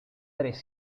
tres